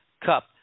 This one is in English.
Cup